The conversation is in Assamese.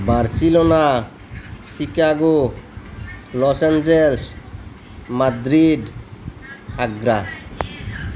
Barcelona Chicago Los Angeles Madrid Agra